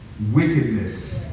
wickedness